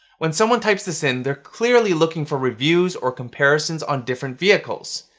when someone types this in, they're clearly looking for reviews or comparisons on different vehicles.